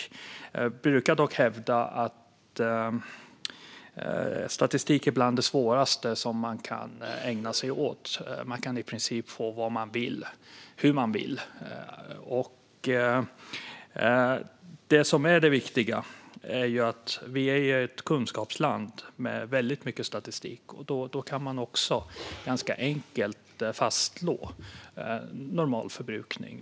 Jag brukar dock hävda att statistik är bland det svåraste som man kan ägna sig åt. Man kan i princip få vad man vill och hur man vill. Det som är det viktiga är att vi är ett kunskapsland med väldigt mycket statistik. Då kan man också ganska enkelt fastslå normal förbrukning.